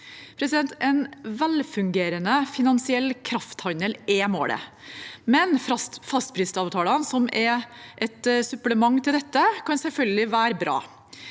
En velfungerende finansiell krafthandel er målet, men fastprisavtaler, som er et supplement til dette, kan selvfølgelig være bra.